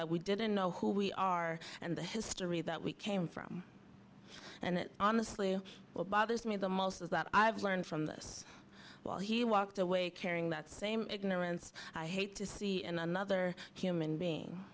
that we didn't know who we are and the history that we came from and it honestly what bothers me the most is that i've learned from this while he walked away carrying that same ignorance i hate to see in another human being